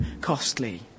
costly